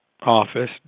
office